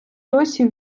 досі